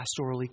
pastorally